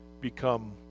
become